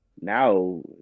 now